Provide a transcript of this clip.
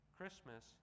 Christmas